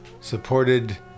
supported